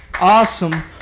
awesome